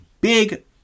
big